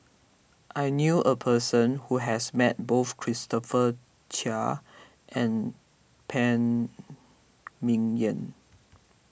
I knew a person who has met both Christopher Chia and Phan Ming Yen